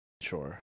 Sure